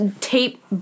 tape